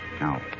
Now